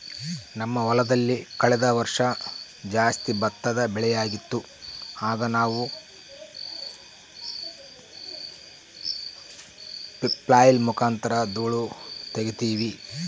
ನಮ್ಮ ಹೊಲದಲ್ಲಿ ಕಳೆದ ವರ್ಷ ಜಾಸ್ತಿ ಭತ್ತದ ಬೆಳೆಯಾಗಿತ್ತು, ಆಗ ನಾವು ಫ್ಲ್ಯಾಯ್ಲ್ ಮುಖಾಂತರ ಧೂಳು ತಗೀತಿವಿ